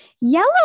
Yellow